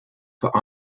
for